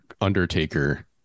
undertaker